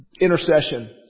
Intercession